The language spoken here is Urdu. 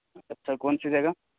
اچھا کون سی جگہ